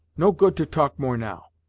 no good to talk more, now.